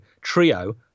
trio